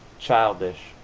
childish,